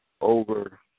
over